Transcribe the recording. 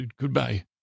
Goodbye